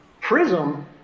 PRISM